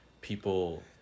people